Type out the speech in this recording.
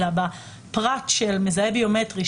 אלא בפרט של מזהה ביומטרי,